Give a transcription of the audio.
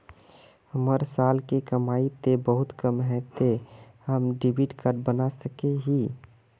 हमर साल के कमाई ते बहुत कम है ते हम डेबिट कार्ड बना सके हिये?